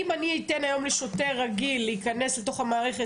אם אני אתן היום לשוטר רגיל להיכנס לתוך המערכת,